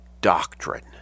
Doctrine